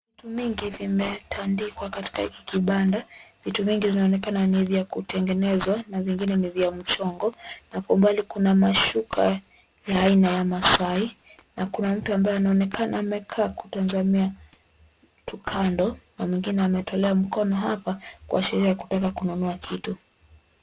Vitu mingi vimetandikwa katika kibanda, vitu mingi zinaonekana ni vya kutengenezwa na vingine ni vya mchongo na kwa umbali kuna mashuka ya aina ya maasai na kuna mtu ambaye anaonekana amekaa kutazama tukando na mwingine ametolewa mkono hapa kuashiria kutaka kununua kitu.